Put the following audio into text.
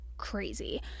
Crazy